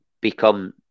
become